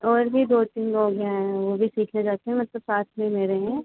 और भी दो तीन लोग हैं वो भी सीखना चाहते हैं मतलब साथ में मेरे हैं